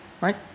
right